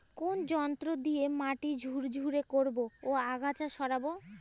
কোন যন্ত্র দিয়ে মাটি ঝুরঝুরে করব ও আগাছা সরাবো?